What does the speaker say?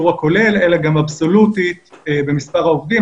הכולל אלא גם אבסולוטית במספר העובדים.